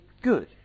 good